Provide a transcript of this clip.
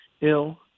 ill